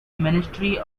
ministry